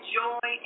joy